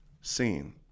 seen